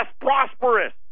prosperous